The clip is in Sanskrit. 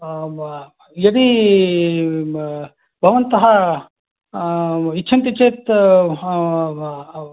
यदि भवन्तः इच्छन्ति चेत्